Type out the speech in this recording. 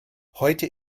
heute